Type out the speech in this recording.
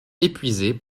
épuisé